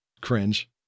cringe